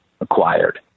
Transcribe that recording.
acquired